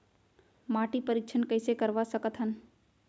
माटी परीक्षण कइसे करवा सकत हन?